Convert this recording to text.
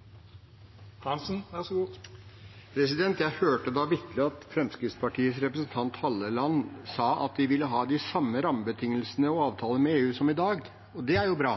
med EU som i dag. Og det er jo bra.